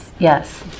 Yes